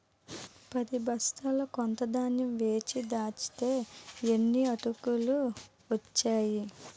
పదిబొస్తాల కొత్త ధాన్యం వేచి దంచితే యిన్ని అటుకులు ఒచ్చేయి